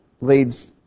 leads